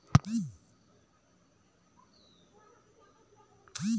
quality कर हिसाब ले काहींच जाएत कर छंटई करे कर पाछू ही काहीं जाएत कर कीमेत हर रहथे